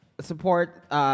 Support